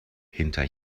hinter